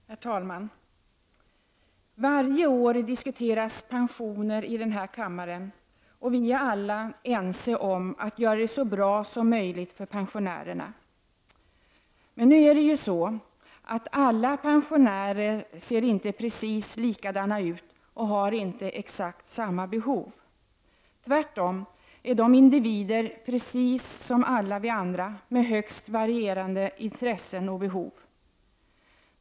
Herr talman! Varje år diskuteras pensioner i denna kammare, och vi är alla ense om att göra det så bra som möjligt för pensionärerna. Alla pensionärer ser inte precis likana ut och har inte exakt samma behov. Tvärtom är de individer precis som alla vi andra med högst varierande intressen och behov.